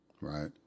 right